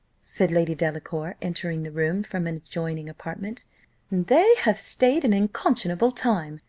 said lady delacour, entering the room from an adjoining apartment they have stayed an unconscionable time.